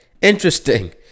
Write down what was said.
interesting